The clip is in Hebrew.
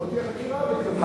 עוד תהיה חקירה ותקבלי, בסדר.